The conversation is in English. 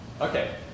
Okay